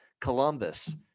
Columbus